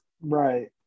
Right